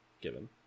given